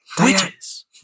witches